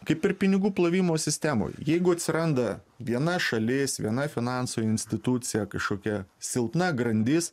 kaip ir pinigų plovimo sistemoj jeigu atsiranda viena šalis viena finansų institucija kažkokia silpna grandis